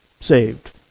saved